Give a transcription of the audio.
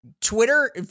Twitter